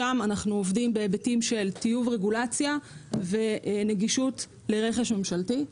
שם אנחנו עובדים בהיבטים של טיוב רגולציה ונגישות לרכש ממשלתי.